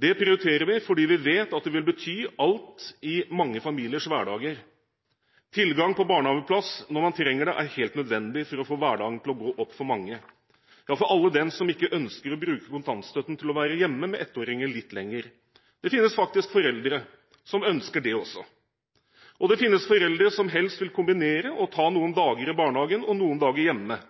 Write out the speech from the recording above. Dette prioriterer vi fordi vi vet at det vil bety alt i mange familiers hverdager. Tilgang på barnehageplass når man trenger det, er helt nødvendig for å få hverdagen til å gå opp for mange – for alle dem som ikke ønsker å bruke kontantstøtten til å være hjemme med ettåringer litt lenger. Det finnes faktisk foreldre som ønsker det også. Og det finnes foreldre som helst vil kombinere og ta noen dager i barnehagen og noen dager hjemme.